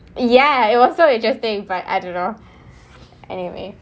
ya it was so interesting for I don't know anyway